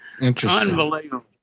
unbelievable